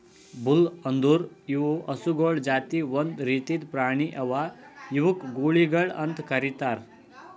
bull ಅಂದುರ್ ಇವು ಹಸುಗೊಳ್ ಜಾತಿ ಒಂದ್ ರೀತಿದ್ ಪ್ರಾಣಿ ಅವಾ ಇವುಕ್ ಗೂಳಿಗೊಳ್ ಅಂತ್ ಕರಿತಾರ್